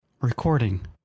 Recording